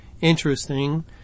interesting